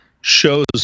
shows